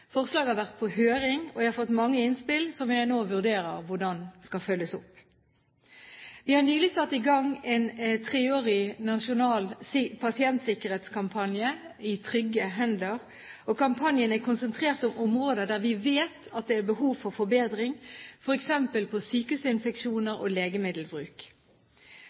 Forslaget har vært på høring, og jeg har fått mange innspill som jeg nå vurderer hvordan vi skal følge opp. Vi har nylig satt i gang en nasjonal treårig pasientsikkerhetskampanje, «I trygge hender». Kampanjen er konsentrert om områder der vi vet at det er behov for forbedring, f.eks. sykehusinfeksjoner og legemiddelbruk.